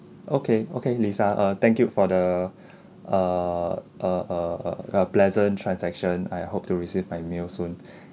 okay okay lisa uh thank you for the err uh uh uh a pleasant transaction I hope to receive my meal soon